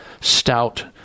stout